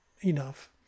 enough